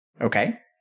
Okay